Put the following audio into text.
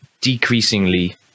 decreasingly